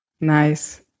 Nice